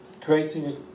creating